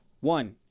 One